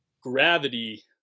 gravity